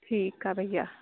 ठीकु आहे भैया